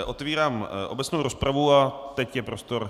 Otevírám obecnou rozpravu a teď je prostor.